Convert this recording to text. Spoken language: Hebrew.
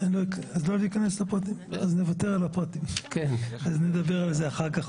אז נוותר על הפרטים ונדבר על זה אחר כך,